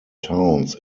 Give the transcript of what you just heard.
towns